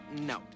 no